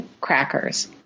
crackers